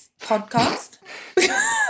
podcast